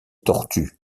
tortues